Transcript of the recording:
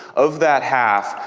of that half,